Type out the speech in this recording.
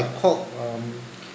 called um